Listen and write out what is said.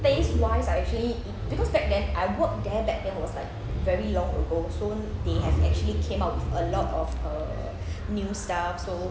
taste wise I actually mm because back then I work there back then was like very long ago so they have actually came out with a lot of new stuff so